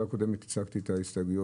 בחקיקה לגבי עבודתן של מועצות ציבוריות.